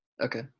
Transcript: Okay